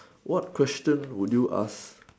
what question would you ask